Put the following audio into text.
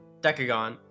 decagon